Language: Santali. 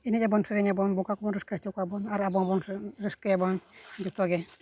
ᱮᱱᱮᱡᱟᱵᱚᱱ ᱥᱮᱨᱮᱧᱟᱵᱚᱱ ᱵᱚᱠᱟ ᱠᱚᱵᱚᱱ ᱨᱟᱹᱥᱠᱟᱹ ᱦᱚᱪᱚ ᱠᱚᱣᱟᱵᱚᱱ ᱟᱨ ᱟᱵᱚ ᱦᱚᱸᱵᱚᱱ ᱨᱟᱹᱥᱠᱟᱹᱭᱟᱵᱚᱱ ᱡᱚᱛᱚᱜᱮ